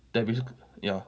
that means ya